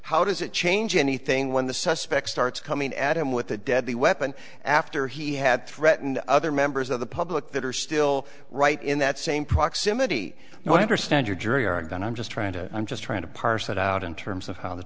how does it change anything when the suspect starts coming at him with a deadly weapon after he had threatened other members of the public that are still right in that same proximity no i understand your jury are going i'm just trying to i'm just trying to parse that out in terms of how the